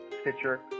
Stitcher